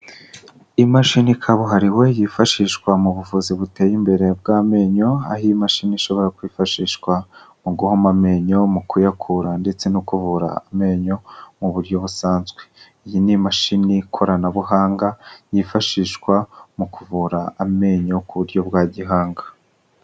Imashini kabuhariwe yifashishwa mu buvuzi buteye imbere bw'amenyo, aho iyi mashini ishobora kwifashishwa mu guhoma amenyo, mu kuyakura ndetse no kuvura amenyo mu buryo busanzwe. Iyi ni imashini koranabuhanga yifashishwa mu kuvura amenyo ku buryo bwa gihanga.